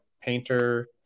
painter